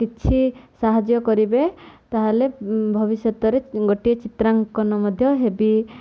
କିଛି ସାହାଯ୍ୟ କରିବେ ତା'ହେଲେ ଭବିଷ୍ୟତରେ ଗୋଟିଏ ଚିତ୍ରାଙ୍କନ ମଧ୍ୟ ହେବି